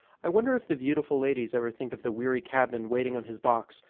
i wonder if the beautiful ladies ever think of the weary cabman waiting on his box,